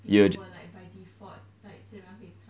you'll